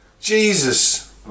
Jesus